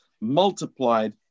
multiplied